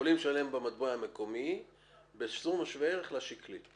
יכולים לשלם במטבע המקומי בסכום שווה ערך לערך השקלי.